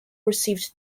received